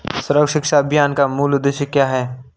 सर्व शिक्षा अभियान का मूल उद्देश्य क्या है?